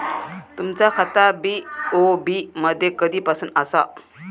तुमचा खाता बी.ओ.बी मध्ये कधीपासून आसा?